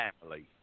family